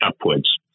upwards